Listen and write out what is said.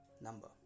number